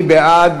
מי בעד?